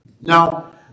Now